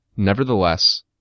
Nevertheless